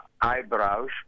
eyebrows